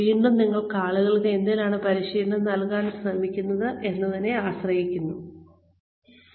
വീണ്ടും നിങ്ങൾ ആളുകൾക്ക് എന്തിലാണ് പരിശീലനം നൽകാൻ ശ്രമിക്കുന്നത് എന്നതിനെ ആശ്രയിച്ചിരിക്കുന്നു